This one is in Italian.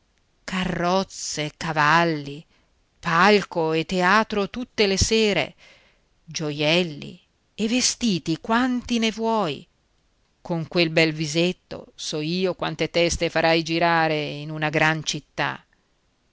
carrozze cavalli palco a teatro tutte le sere gioielli e vestiti quanti ne vuoi con quel bel visetto so io quante teste farai girare in una gran città